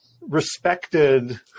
respected